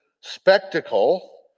spectacle